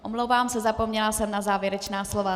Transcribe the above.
Aha, omlouvám se, zapomněla jsem na závěrečná slova.